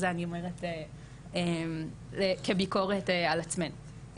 שזה אני אומרת כביקורת על עצמנו.